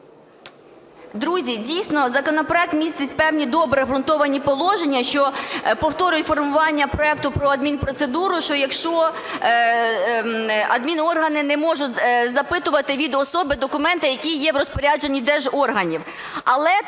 Друзі, дійсно законопроект містить певні добре обґрунтовані положення, що повторюють формування проекту про адмінпроцедуру, що якщо адміноргани не можуть запитувати у особи документи, які є в розпорядженні держорганів.